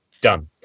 done